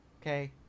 okay